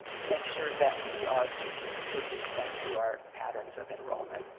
make sure that we are consistent with respect to our patterns of enrollment.